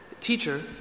Teacher